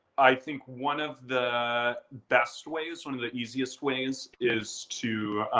i think one of the best ways, one of the easiest ways is to